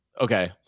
Okay